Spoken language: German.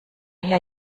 her